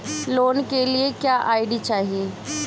Loan के लिए क्या आई.डी चाही?